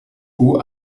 haut